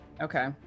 Okay